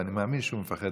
ואני מאמין שהוא מפחד,